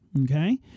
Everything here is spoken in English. Okay